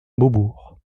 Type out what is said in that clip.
beaubourg